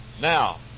Now